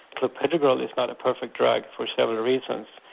clopidogrel is not a perfect drug for several reasons.